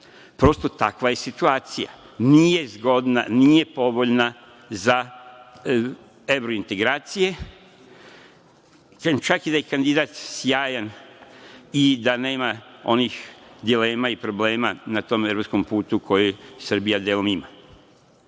Prosto, takva je situacija, nije zgodna, nije povoljna za evrointegracije. Kažem, čak i da je kandidat sjajan i da nema onih dilema i problema na tom evropskom putu u kojoj Srbija delom ima. Niko